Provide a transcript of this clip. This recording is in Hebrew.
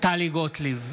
טלי גוטליב,